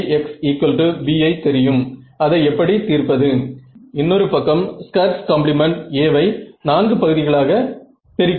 ஆனால் கணக்கீடுகளை செய்வதற்கு அது உதவிகரமானது அல்ல